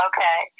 Okay